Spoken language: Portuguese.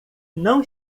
não